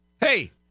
Hey